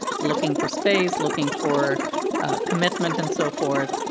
looking for space, looking for commitment and so forth,